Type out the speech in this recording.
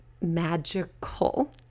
magical